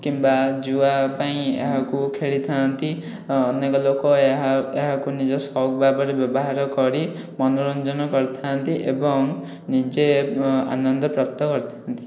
କିମ୍ବା ଜୁଆ ପାଇଁ ଏହାକୁ ଖେଳିଥାନ୍ତି ଅନେକ ଲୋକ ଏହା ଏହାକୁ ନିଜ ସଉକ ଭାବରେ ବ୍ୟବହାର କରି ମନୋରଞ୍ଜନ କରିଥାନ୍ତି ଏବଂ ନିଜେ ଆନନ୍ଦପ୍ରାପ୍ତ କରିଥାନ୍ତି